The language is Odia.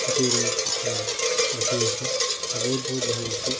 ଖୁସିରେ ଆମେ ଦେଖି ଯାଇସୁ ଆଉ ବହୁତ ବହୁତ ଭଲ ଲାଗ୍ସି